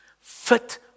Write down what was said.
fit